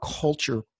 culture